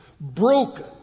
broken